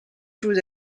through